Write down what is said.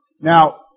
Now